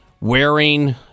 wearing